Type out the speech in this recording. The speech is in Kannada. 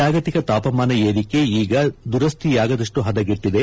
ಜಾಗತಿಕ ತಾಪಮಾನ ಏರಿಕೆ ಈಗ ದುರಸ್ತಿಯಾಗದಷ್ಲು ಹದಗೆಟ್ಟದೆ